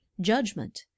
judgment